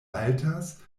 altas